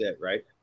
Right